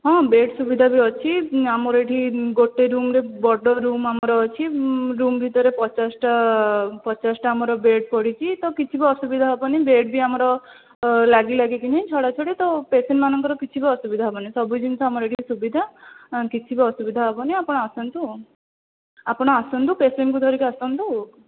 ହଁ ବେଡ଼ ସୁବିଧା ବି ଅଛି ଆମର ଏଇଠି ଗୋଟିଏ ରୁମ ରେ ବଡ଼ ରୁମ ଅଛି ରୁମ ଭିତରେ ପଚାଶ ଟା ପଚାଶ ଟା ଆମର ବେଡ଼ ପଡ଼ିଛି ତ କିଛିବି ଅସୁବିଧା ହେବନି ବେଡ଼ ବି ଆମର ଲାଗି ଲାଗି କିନି ଛଡ଼ା ଛଡ଼ି ତ ପେସେଣ୍ଟ ମାନଙ୍କର କିଛି ବି ଅସୁବିଧା ହେବନି ସବୁ ଜିନିଷ ଆମର ଏଇଠି ସୁବିଧା କିଛି ବି ଅସୁବିଧା ହେବନି ଆପଣ ଆସନ୍ତୁ ଆଉ ଆପଣ ଆସନ୍ତୁ ପେସେଣ୍ଟ କୁ ଧରିକି ଆସନ୍ତୁ